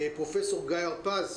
פרופ' גיא הרפז,